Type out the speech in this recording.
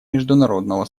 международного